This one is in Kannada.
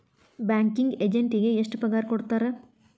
ಬ್ಯಾಂಕಿಂಗ್ ಎಜೆಂಟಿಗೆ ಎಷ್ಟ್ ಪಗಾರ್ ಕೊಡ್ತಾರ್?